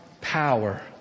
power